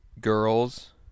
girls